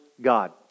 God